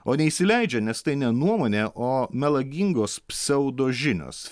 o neįsileidžia nes tai ne nuomonė o melagingos pseudo žinios